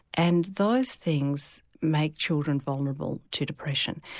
and those things make children vulnerable to depression.